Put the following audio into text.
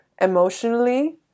emotionally